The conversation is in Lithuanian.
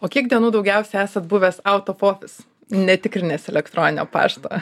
o kiek dienų daugiausia esat buvęs aut of ofis netikrinęs elektroninio pašto